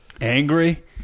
angry